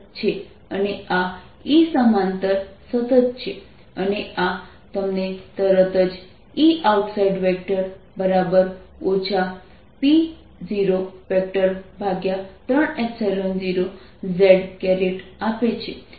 અને આ EII સમાંતર સતત છે અને આ તમને તરત જ Eoutside P030 z આપે છે